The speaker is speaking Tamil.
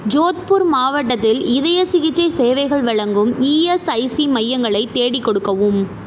ஜோத்பூர் மாவட்டத்தில் இதயச் சிகிச்சை சேவைகள் வழங்கும் இஎஸ்ஐசி மையங்களைத் தேடிக்கொடுக்கவும்